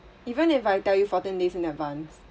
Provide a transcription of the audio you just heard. even if I tell you fourteen days in advance